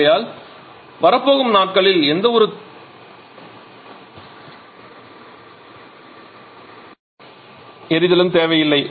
ஆகையால் வரபோகும் நாட்களில் எந்தவொரு துணை எரிதலும் தேவையில்லை